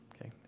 Okay